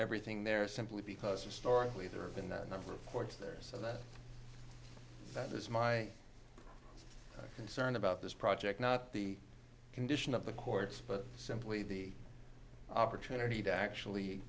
everything there simply because historically there have been that number of courts there so that that is my concern about this project not the condition of the courts but simply the opportunity to actually